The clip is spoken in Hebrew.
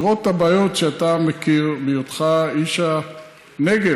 את הבעיות שאתה מכיר מהיותך איש הנגב.